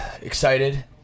excited